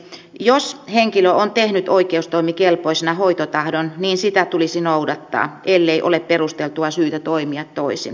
jos henkilö on tehnyt oikeustoimikelpoisena hoitotahdon niin sitä tulisi noudattaa ellei ole perusteltua syytä toimia toisin